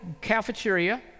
cafeteria